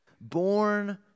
born